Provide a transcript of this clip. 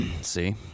See